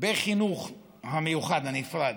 בחינוך המיוחד, הנפרד,